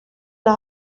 las